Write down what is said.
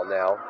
now